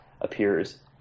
appears